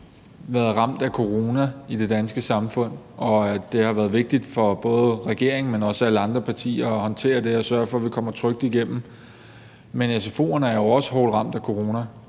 været ramt af corona i det danske samfund, og at det har været vigtigt både for regeringen, men også alle andre partier at håndtere det og sørge for, at vi kommer trygt igennem; men sfo'erne er jo også hårdt ramt af corona.